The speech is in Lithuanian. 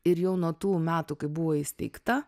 ir jau nuo tų metų kai buvo įsteigta